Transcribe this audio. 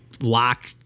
lock